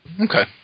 Okay